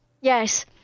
Yes